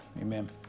Amen